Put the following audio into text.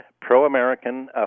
pro-American